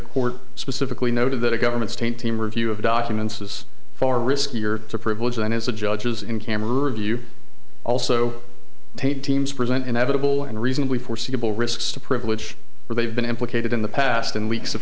court specifically noted that a government state team review of documents is far riskier to privilege than is a judge's in camera view also taint teams present inevitable and reasonably foreseeable risks to privilege where they've been implicated in the past and weeks of